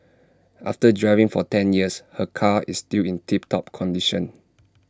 after driving for ten years her car is still in tip top condition